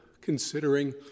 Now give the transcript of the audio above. considering